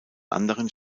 anderen